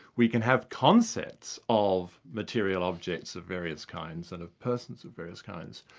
we can have concepts of material objects of various kinds and of persons of various kinds,